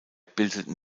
bildeten